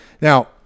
Now